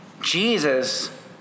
Jesus